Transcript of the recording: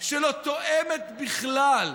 שלא תואמת בכלל,